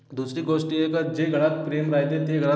दुसरी गोष्ट हे का जे घरात प्रेम राहते ते घरात